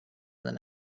than